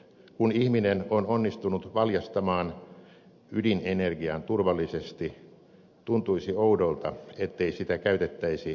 kun ihminen on onnistunut valjastamaan ydinenergian turvallisesti tuntuisi oudolta ettei sitä käytettäisi ilmastoystävälliseen sähköntuotantoon